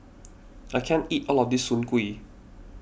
I can't eat all of this Soon Kuih